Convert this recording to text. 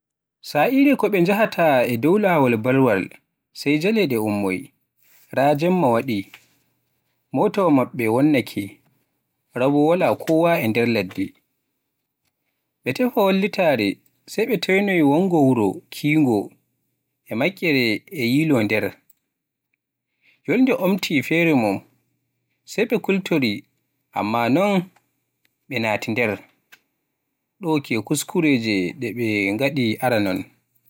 Sa'are ko be njahta e dow laawol barwal sai jaleede ummoy, ra Jemma wadi, motawa maybe wonnake, ra bo waala kowa e nder ladde. Be tefa wallitare, sai be teynoy wongo woru kingo e matkere e yilo nder. Yolnde omti fere mum, sai be koltori, Amma non be nayi nder, doo ke kuskureje de be ngadi aranon.